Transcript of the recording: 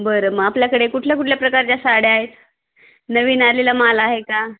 बरं मग आपल्याकडे कुठल्या कुठल्या प्रकारच्या साड्या आहेत नवीन आलेला माल आहे का